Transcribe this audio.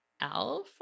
Alpha